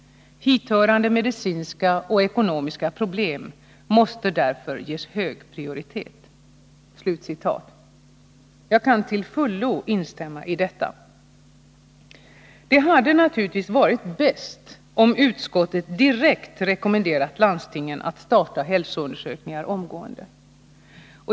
Hithörande medicinska och ekonomiska problem måste därför ges hög prioritet.” Jag kan till fullo instämma i detta. Det hade naturligtvis varit bäst om utskottet direkt rekommenderat landstingen att starta hälsoundersökningar omgående.